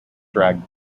dragged